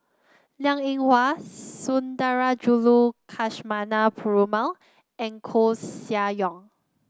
Liang Eng Hwa Sundarajulu Perumal and Koeh Sia Yong